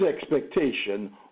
expectation